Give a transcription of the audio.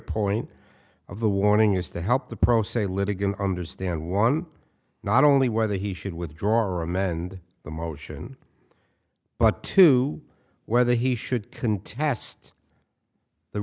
point of the warning is to help the pro se litigant understand one not only whether he should withdraw or amend the motion but to whether he should contest the